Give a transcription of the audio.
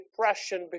depression